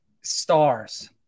stars